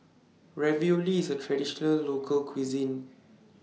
Ravioli IS A Traditional Local Cuisine